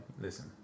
listen